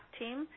team